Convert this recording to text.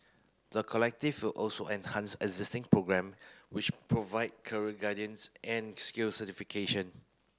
the Collective will also enhance existing programme which provide career guidance and skills certification